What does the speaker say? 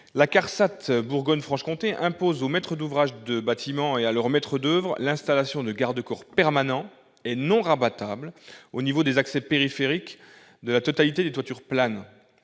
au travail Bourgogne-Franche-Comté impose aux maîtres d'ouvrage de bâtiments et à leur maître d'oeuvre l'installation de garde-corps permanents et non rabattables au niveau des accès et périphéries de la totalité des toitures planes.